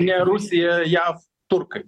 ne rusija jav turkai